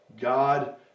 God